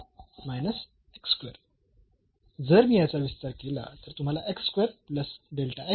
म्हणून जर मी याचा विस्तार केला तर तुम्हाला मिळेल